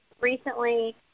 recently